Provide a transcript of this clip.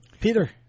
Peter